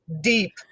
deep